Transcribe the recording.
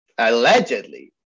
allegedly